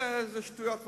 זה שטויות והבלים.